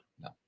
No